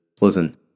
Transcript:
listen